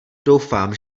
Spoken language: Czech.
doufám